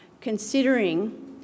considering